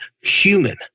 human